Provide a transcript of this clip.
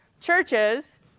Churches